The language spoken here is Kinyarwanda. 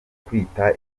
kwita